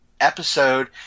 episode